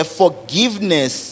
forgiveness